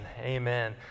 Amen